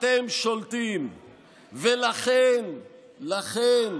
אתם שולטים, ולכן לכן